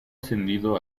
ascendido